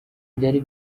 byari